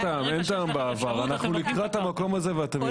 אין טעם בעבר, אנחנו לקראת המקום הזה.